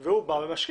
והוא בא ומשקיע.